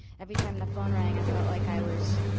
every time the phone rang, i felt like i was,